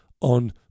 on